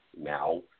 now